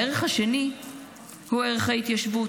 הערך השני הוא ערך ההתיישבות,